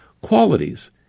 qualities